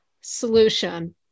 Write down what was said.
solution